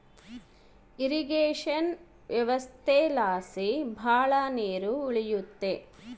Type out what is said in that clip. irrigation ವ್ಯವಸ್ಥೆಲಾಸಿ ಭಾಳ ನೀರ್ ಉಳಿಯುತ್ತೆ